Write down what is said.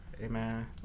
Amen